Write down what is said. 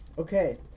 Okay